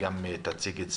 גם היא תציג את זה.